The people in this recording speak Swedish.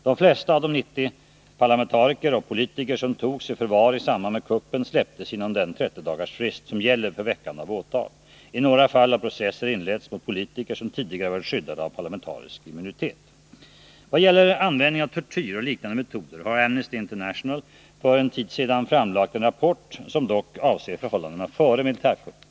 De flesta av de ca 90 parlamentariker och politiker som togs i förvar i samband med kuppen släpptes inom den 30-dagarsfrist som gäller för väckande av åtal. I några fall har processer inletts mot politiker som tidigare varit skyddade av parlamentarisk immunitet. I vad gäller användning av tortyr och liknande metoder har Amnesty International för en tid sedan framlagt en rapport, som dock avser förhållandena före militärkuppen.